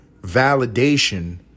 validation